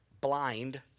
blind